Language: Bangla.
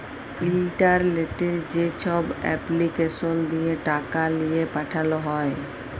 ইলটারলেটে যেছব এপলিকেসল দিঁয়ে টাকা লিঁয়ে পাঠাল হ্যয়